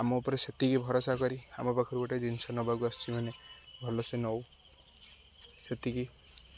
ଆମ ଉପରେ ସେତିକି ଭରସା କରି ଆମ ପାଖରୁ ଗୋଟେ ଜିନିଷ ନବାକୁ ଆସଛି ମାନେ ଭଲସେ ନେଉ ସେତିକି